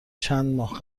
چندماه